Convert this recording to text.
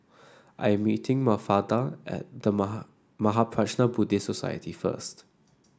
I'm meeting Mafalda at The Mahaprajna Buddhist Society first